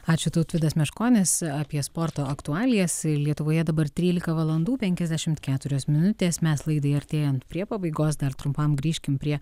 ačiū tautvydas meškonis apie sporto aktualijas lietuvoje dabar trylika valandų penkiasdešimt keturios minutės mes laidai artėjant prie pabaigos dar trumpam grįžkim prie